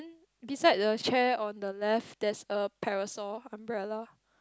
beside the chair on the left there's a parasol umbrella